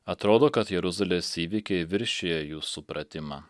atrodo kad jeruzalės įvykiai viršija jų supratimą